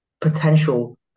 potential